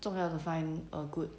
重要 to find a good